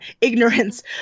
ignorance